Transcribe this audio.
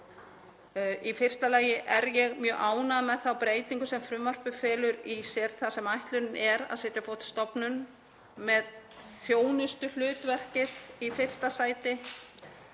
Í fyrsta lagi er ég mjög ánægð með þá breytingu sem frumvarpið felur í sér, þar sem ætlunin er að setja á fót stofnun með þjónustuhlutverkið í fyrsta sæti